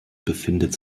befindet